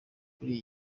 kuri